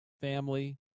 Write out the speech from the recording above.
family